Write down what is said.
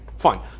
fine